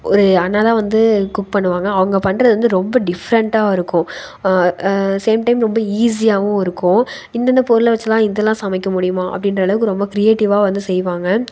ஒரு அண்ணாதான் வந்து குக் பண்ணுவாங்க அவங்க பண்ணுறது வந்து ரொம்ப டிஃரெண்ட்டாக இருக்கும் சேம் டைம் ரொம்ப ஈஸியாகவும் இருக்கும் இந்தந்த பொருளை வச்சுலான் இதெல்லாம் சமைக்க முடியுமா அப்படின்ற அளவுக்கு ரொம்ப கிரியேட்டிவ்வாக வந்து செய்வாங்க